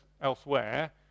elsewhere